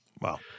Wow